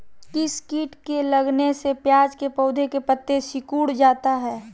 किस किट के लगने से प्याज के पौधे के पत्ते सिकुड़ जाता है?